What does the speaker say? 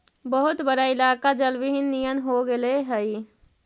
बहुत बड़ा इलाका जलविहीन नियन हो गेले हई